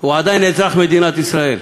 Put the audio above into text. הוא עדיין אזרח מדינת ישראל.